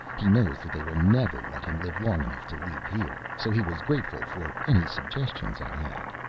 he knows that they will never let him live long enough to leave here, so he was grateful for any suggestions i had.